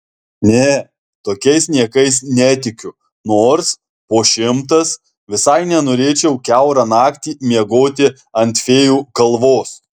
ne tokiais niekais netikiu nors po šimtas visai nenorėčiau kiaurą naktį miegoti ant fėjų kalvos